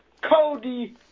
Cody